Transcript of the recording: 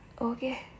okay